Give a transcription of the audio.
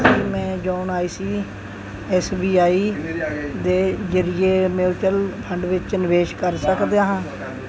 ਕੀ ਮੈਂ ਯੋਨ I C S B I ਦੇ ਜ਼ਰੀਏ ਮਿਊਚਲ ਫੰਡ ਵਿੱਚ ਨਿਵੇਸ਼ ਕਰ ਸਕਦਾ ਹਾਂ